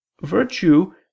virtue